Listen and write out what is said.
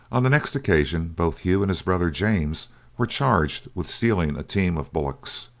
on the next occasion both hugh and his brother james were charged with stealing a team of bullocks,